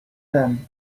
them